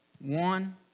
One